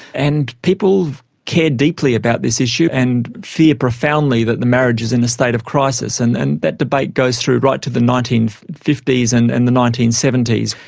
and people care deeply about this issue and fear profoundly that the marriage is in a state of crisis. and and that debate goes through right to the nineteen fifty s and and the nineteen seventy s.